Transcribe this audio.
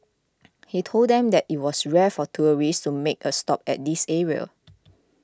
he told them that it was rare for tourists to make a stop at this area